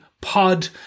Pod